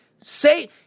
say